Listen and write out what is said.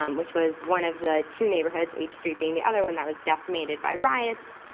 um which was one of the two neighborhoods, h street being the other one, that was decimated by riots,